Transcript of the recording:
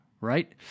right